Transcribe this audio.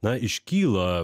na iškyla